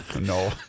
no